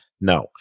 No